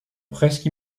presque